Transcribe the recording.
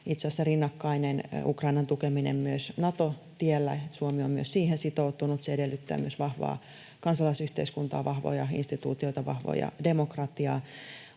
itse asiassa rinnakkainen myös Ukrainan tukemiselle Nato-tiellä, Suomi on myös siihen sitoutunut. Se edellyttää myös vahvaa kansalaisyhteiskuntaa, vahvoja instituutioita, vahvaa demokratiaa.